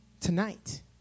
tonight